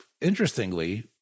interestingly